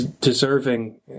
Deserving